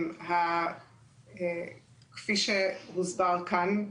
כפי שהוסבר כאן,